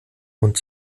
und